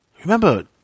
Remember